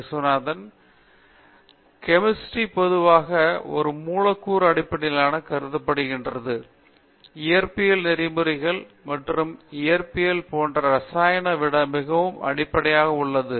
விஸ்வநாதன் சரி கெமிஸ்ட்ரி பொதுவாக ஒரு மூலக்கூறு வடிவமைப்பு என கருதப்படுகிறது இயற்பியல் நெறிமுறைகள் மற்றும் இயற்பியல் போன்ற ரசாயன விட மிகவும் அடிப்படை உள்ளது